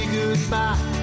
goodbye